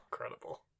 Incredible